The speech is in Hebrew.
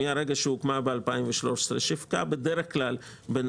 מהרגע שהוקמה ב-2013 שיווקה בדרך כלל בין